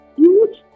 huge